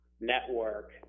network